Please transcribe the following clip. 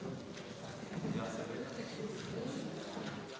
Hvala